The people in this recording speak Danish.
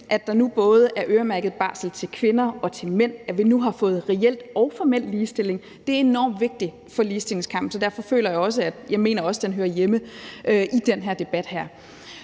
at der nu både er øremærket barsel til kvinder og til mænd, og at vi nu har fået reel og formel ligestilling, er enormt vigtigt for ligestillingskampen. Så derfor føler jeg og mener jeg også, at den hører hjemme i den her debat.